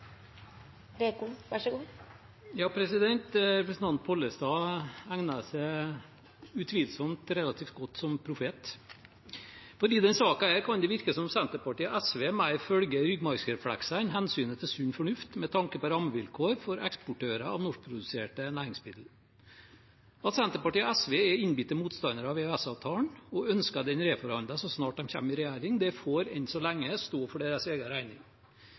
Representanten Pollestad egner seg utvilsomt relativt godt som profet, for i denne saken kan det virke som om Senterpartiet og SV i større grad følger ryggmargsrefleksen enn hensynet til sunn fornuft med tanke på rammevilkår for eksportører av norskproduserte næringsmidler. At Senterpartiet og SV er innbitte motstandere av EØS-avtalen og ønsker den reforhandlet så snart de kommer i regjering, får enn så lenge stå for deres egen regning.